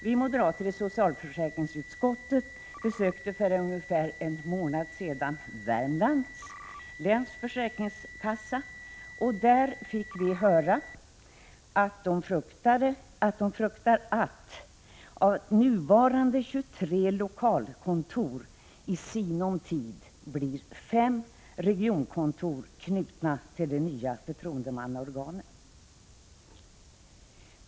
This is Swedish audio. Vi moderater i socialförsäkringsutskottet besökte för ungefär en månad sedan Värmlands läns försäkringskassa, och där fick vi höra att de fruktar att av nuvarande 23 lokalkontor i sinom tid blir 5 regionkontor, knutna till de nya förtroendemannaorganen.